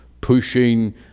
pushing